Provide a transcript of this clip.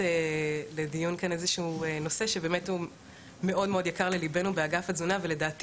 כאן לדיון איזה נושא שבאמת הוא מאוד יקר לליבנו באגף התזונה ולדעתי